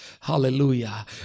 Hallelujah